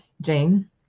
Jane